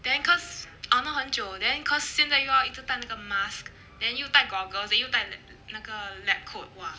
then cause !hannor! 很久 then cause 现在又要一直戴那个 mask then 又戴 googles then 又戴那那个 lab coat !wah!